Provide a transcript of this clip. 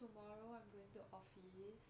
tomorrow I'm going to office